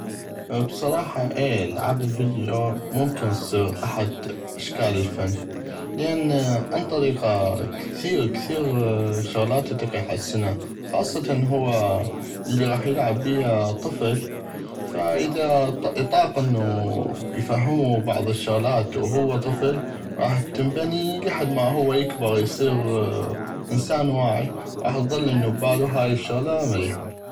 بصراحة اي العاب الفديو ممكن تصيغ احد اشكال الفن لان عن طريقها كثيغ كثيغ شغلات اطيق احسنها خاصة هو الي غاح يلعب بيها طفل فاذا طاق انو يفهمو بعض الشغلات وهو طفل غاح تنبني لحد ما هو يكبغ هو يصيغ انسان واعي غاح اظل انو ببالو هاي الشغلة مليحة.